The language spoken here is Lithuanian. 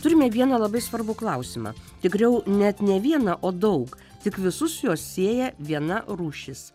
turime vieną labai svarbų klausimą tigriau net ne vieną o daug tik visus juos sieja viena rūšis